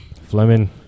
Fleming